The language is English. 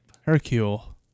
hercule